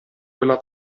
quella